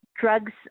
Drugs